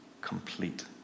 complete